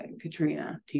Katrina